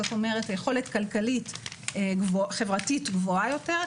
זאת אומרת יכולת כלכלית חברתית גבוהה יותר,